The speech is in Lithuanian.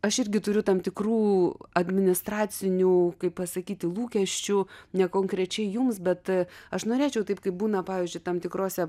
aš irgi turiu tam tikrų administracinių kaip pasakyti lūkesčių ne konkrečiai jums bet aš norėčiau taip kaip būna pavyzdžiui tam tikrose